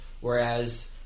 whereas